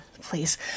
please